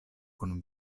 kun